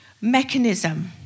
mechanism